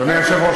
אדוני היושב-ראש,